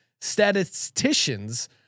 statisticians